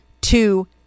two